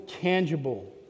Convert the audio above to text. tangible